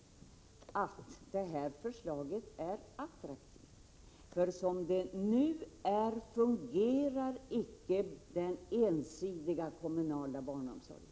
För som det nu är fungerar icke den ensidiga kommunala barnomsorgen.